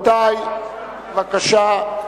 בבקשה.